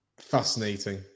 fascinating